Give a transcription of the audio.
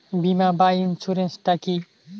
বিমা বা ইন্সুরেন্স টা কি?